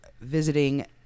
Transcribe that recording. visiting